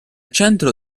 centro